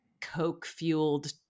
Coke-fueled